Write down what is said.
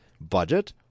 Budget